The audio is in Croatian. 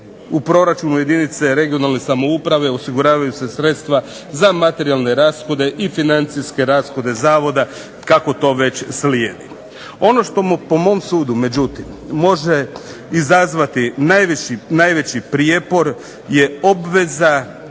u proračunu jedinice regionalne samouprave osiguravaju se sredstva za materijalne rashode i financijske rashode zavoda kako to već slijedi. Ono što po mom sudu međutim može izazvati najveći prijepor je obveza